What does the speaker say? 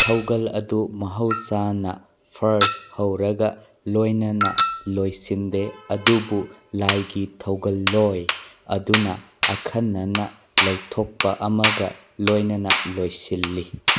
ꯊꯧꯒꯜ ꯑꯗꯨ ꯃꯍꯧꯁꯥꯅ ꯐꯥꯔꯁ ꯍꯧꯔꯒ ꯂꯣꯏꯅꯅ ꯂꯣꯏꯁꯤꯟꯗꯦ ꯑꯗꯨꯕꯨ ꯂꯥꯏꯒꯤ ꯊꯧꯒꯜꯂꯣꯏ ꯑꯗꯨꯅ ꯑꯈꯟꯅꯅ ꯂꯧꯊꯣꯛꯄ ꯑꯃꯒ ꯂꯣꯏꯅꯅ ꯂꯣꯏꯁꯤꯜꯂꯤ